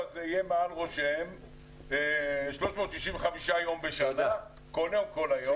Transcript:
הזה יהיה מעל ראשם 365 ימים בשנה וכל היום.